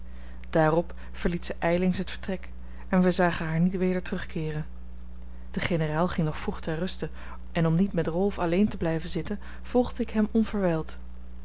daarop verliet zij ijlings het vertrek en wij zagen haar niet weder terugkeeren de generaal ging nog vroeg ter ruste en om niet met rolf alleen te blijven zitten volgde ik hem onverwijld